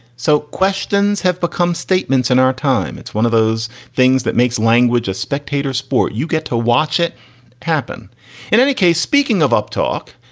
so questions have become statements in our time. it's one of those things that makes language a spectator sport. you get to watch it happen in any case. speaking of uptalk,